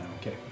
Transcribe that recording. okay